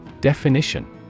Definition